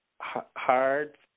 hard